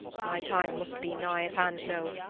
my time must be nigh at hand now,